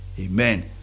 Amen